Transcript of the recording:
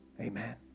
Amen